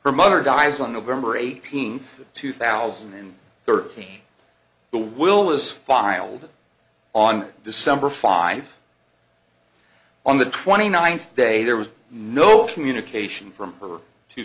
her mother dies on november eighteenth two thousand and thirteen the will is filed on december five on the twenty ninth day there was no communication from her two